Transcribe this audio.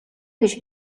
гэж